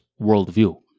worldview